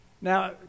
Now